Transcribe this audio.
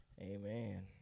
Amen